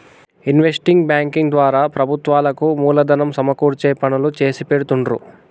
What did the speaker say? investment banking ద్వారా ప్రభుత్వాలకు మూలధనం సమకూర్చే పనులు చేసిపెడుతుండ్రు